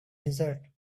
desert